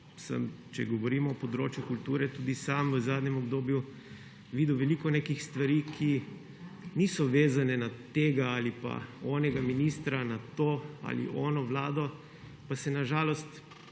sem, če govorimo o področju kulture, tudi sam v zadnjem obdobju videl veliko nekih stvari, ki niso vezane na tega ali pa onega ministra, na to ali ono vlado, pa se na žalost